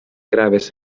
gravis